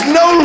no